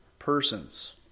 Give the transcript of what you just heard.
persons